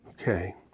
Okay